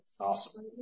awesome